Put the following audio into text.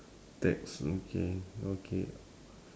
tax okay okay